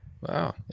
wow